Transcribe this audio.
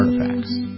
artifacts